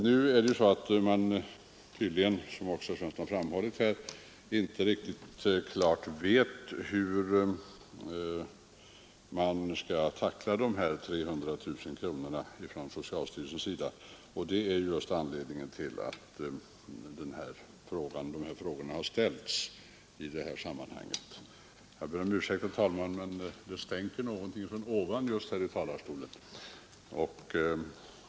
Nu har man, som också herr Svensson i Kungälv framhållit, tydligen inte riktigt klart för sig hur de här 300 000 kronorna skall användas av socialstyrelsen. Det är just anledningen till att de här frågorna ställts. Jag ber om ursäkt, herr talman, men det stänker någonting från ovan just här i talarstolen.